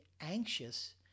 anxious